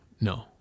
no